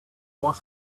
was